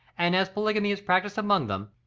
and as polygamy is practised among them,